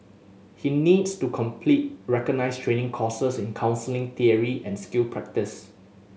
he needs to complete recognised training courses in counselling theory and skill practice